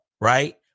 Right